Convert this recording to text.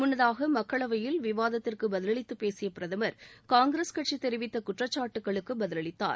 முன்னதாக மக்களவையில் விவாதத்திற்குப் பதிலளித்துப் பேசிய பிரதமர் காங்கிரஸ் கட்சி தெரிவித்த குற்றச்சாட்டுகளுக்கு பதிலளித்தார்